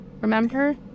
Remember